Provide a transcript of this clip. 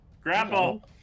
Grapple